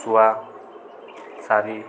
ଶୁଆ ଶାରୀ